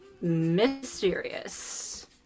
mysterious